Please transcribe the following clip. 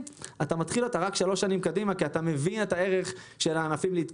הנקודה הראשונה היא לגבי היקף הייצור